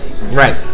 right